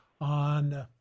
on